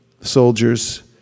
soldiers